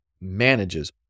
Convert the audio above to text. manages